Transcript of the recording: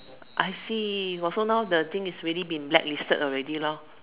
I see also now the thing is black listed already lor